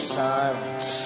silence